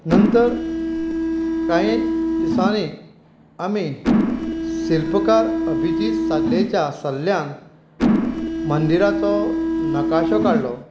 नंतर काही दिसांनी आमी शिल्पकार अबिजीत सादलेच्या सल्ल्यान मंदिराचो नकाशो काडलो